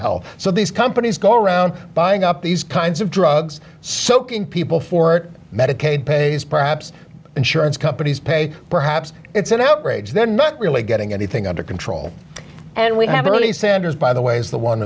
hell so these companies go around buying up these kinds of drugs soaking people for medicaid pays perhaps insurance companies pay perhaps it's an outrage they're not really getting anything under control and we have the money sanders by the way is the one